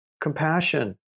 compassion